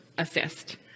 assist